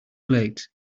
late